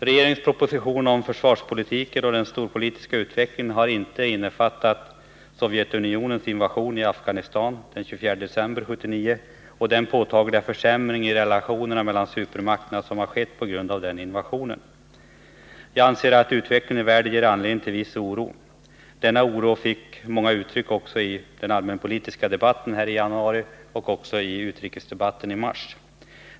Regeringens proposition om försvarspolitiken och den storpolitiska utvecklingen har inte innefattat Sovjetunionens invasion i Afghanistan den 24 december 1979 och den påtagliga försämring i relationerna mellan supermakterna som har skett på grund av invasionen. Jag anser att utvecklingen i världen ger anledning till viss oro. Denna oro fick många uttryck under den allmänpolitiska debatten här i januari och i utrikesdebatten i mars.